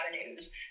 avenues